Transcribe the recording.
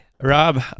Rob